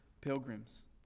pilgrims